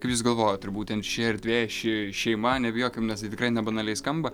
kaip jūs galvojat ar būtent ši erdvė ši šeima nebijokim nes tai tikrai ne banaliai skamba